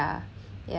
yeah ya